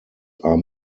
are